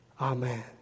Amen